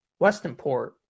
Westonport